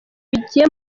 bigiye